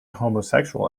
homosexual